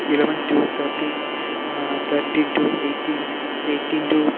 eleven two thirteen thirteen two eighteen eighteen two